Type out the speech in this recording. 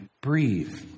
breathe